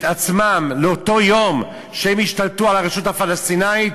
עצמם ליום שהם ישתלטו על הרשות הפלסטינית,